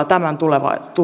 tämän